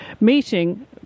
meeting